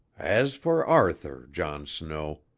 as for arthur, john snow,